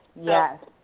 Yes